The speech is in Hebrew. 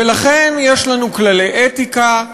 ולכן יש לנו כללי אתיקה,